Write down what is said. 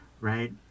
right